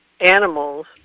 animals